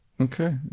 Okay